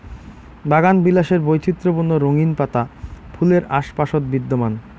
বাগানবিলাসের বৈচিত্র্যপূর্ণ রঙিন পাতা ফুলের আশপাশত বিদ্যমান